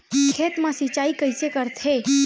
खेत मा सिंचाई कइसे करथे?